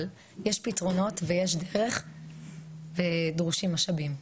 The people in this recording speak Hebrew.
אבל יש פתרונות ויש דרך ודרושים משאבים.